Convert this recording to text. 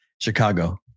Chicago